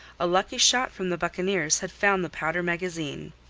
a lucky shot from the buccaneers had found the powder magazine.